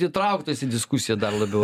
įtrauktas į diskusiją dar labiau